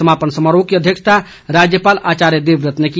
समापन समारोह की अध्यक्षता राज्यपाल आचार्य देवव्रत ने की